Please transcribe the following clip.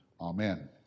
Amen